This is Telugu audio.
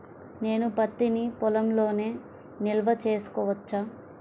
నేను పత్తి నీ పొలంలోనే నిల్వ చేసుకోవచ్చా?